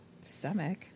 stomach